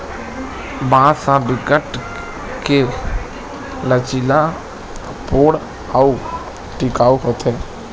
बांस ह बिकट के लचीला, पोठ अउ टिकऊ होथे